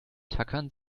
tackern